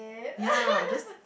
ya just